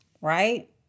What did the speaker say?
right